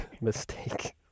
mistake